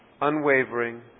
unwavering